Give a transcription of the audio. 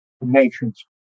nations